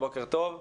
בוקר טוב.